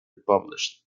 published